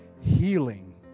healing